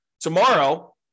tomorrow